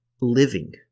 living